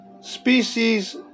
species